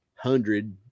hundred